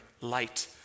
light